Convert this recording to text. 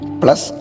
plus